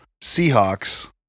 Seahawks